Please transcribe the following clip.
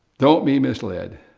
don't be misled.